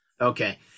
Okay